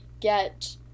get